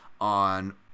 on